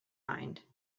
mind